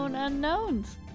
unknowns